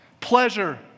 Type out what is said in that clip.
pleasure